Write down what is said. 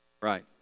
Right